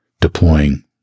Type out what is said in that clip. deploying